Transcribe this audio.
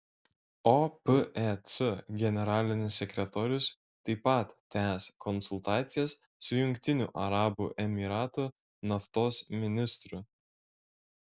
opec generalinis sekretorius taip pat tęs konsultacijas su jungtinių arabų emyratų naftos ministru